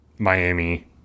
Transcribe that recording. Miami